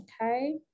Okay